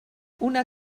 una